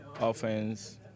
offense